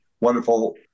wonderful